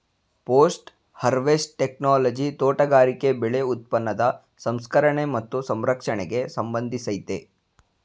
post harvest technology ತೋಟಗಾರಿಕೆ ಬೆಳೆ ಉತ್ಪನ್ನದ ಸಂಸ್ಕರಣೆ ಮತ್ತು ಸಂರಕ್ಷಣೆಗೆ ಸಂಬಂಧಿಸಯ್ತೆ